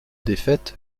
défaite